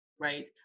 right